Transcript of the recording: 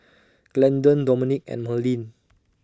Glendon Domenic and Merlyn